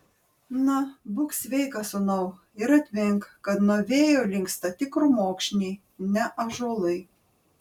na būk sveikas sūnau ir atmink kad nuo vėjo linksta tik krūmokšniai ne ąžuolai